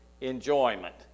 enjoyment